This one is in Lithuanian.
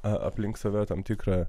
aplink save tam tikrą